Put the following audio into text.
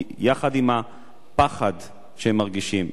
כי יחד עם הפחד שהם מרגישים,